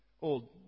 Old